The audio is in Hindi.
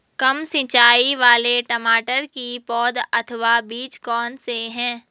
कम सिंचाई वाले टमाटर की पौध अथवा बीज कौन से हैं?